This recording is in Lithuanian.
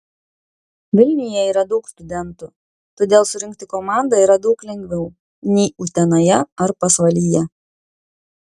vilniuje yra daug studentų todėl surinkti komandą yra daug lengviau nei utenoje ar pasvalyje